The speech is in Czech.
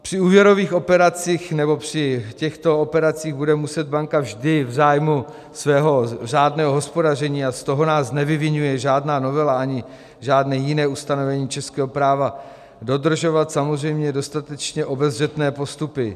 Při úvěrových operacích nebo při těchto operacích bude muset banka vždy v zájmu svého řádného hospodaření a z toho nás nevyviňuje žádná novela ani žádné jiné ustanovení českého práva dodržovat samozřejmě dostatečně obezřetné postupy.